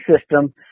system